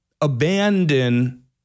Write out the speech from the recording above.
abandon